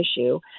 issue